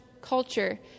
culture